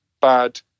bad